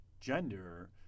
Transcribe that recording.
gender